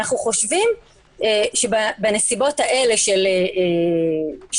אנחנו חושבים שבנסיבות האלה של אילוצים,